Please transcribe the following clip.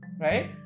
right